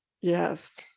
Yes